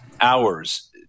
hours –